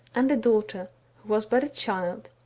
and a daughter, who was but a child,